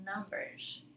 numbers